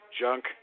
junk